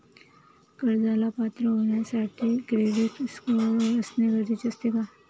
कर्जाला पात्र होण्यासाठी क्रेडिट स्कोअर असणे गरजेचे असते का?